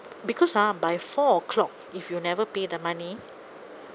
because ah by four o'clock if you never pay the money